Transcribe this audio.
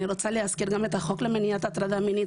אני גם רוצה להזכיר את החוק למניעת הטרדה מינית.